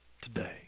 today